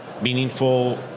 meaningful